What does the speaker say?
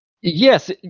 yes